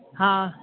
हा